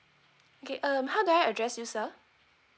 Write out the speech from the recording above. okay um how do I address you sir